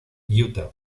utah